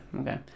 okay